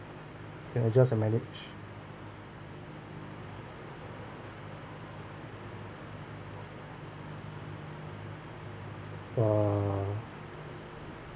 can adjust and manage uh